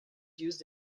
used